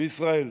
בישראל: